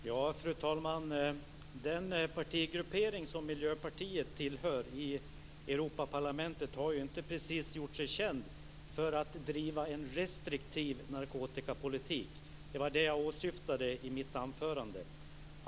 Fru talman! Den partigruppering som Miljöpartiet tillhör i Europaparlamentet har ju inte precis gjort sig känd för att driva en restriktiv narkotikapolitik. Det var det jag åsyftade i mitt anförande.